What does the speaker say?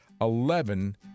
eleven